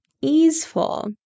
easeful